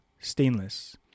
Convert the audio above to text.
stainless